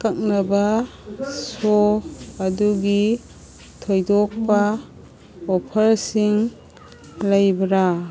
ꯑꯀꯛꯅꯕ ꯁꯣ ꯑꯗꯨꯒꯤ ꯊꯣꯏꯗꯣꯛꯄ ꯑꯣꯐꯔꯁꯤꯡ ꯂꯩꯕꯔꯥ